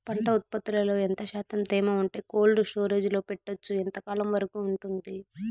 పంట ఉత్పత్తులలో ఎంత శాతం తేమ ఉంటే కోల్డ్ స్టోరేజ్ లో పెట్టొచ్చు? ఎంతకాలం వరకు ఉంటుంది